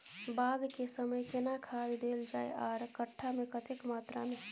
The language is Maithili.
बाग के समय केना खाद देल जाय आर कट्ठा मे कतेक मात्रा मे?